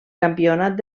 campionat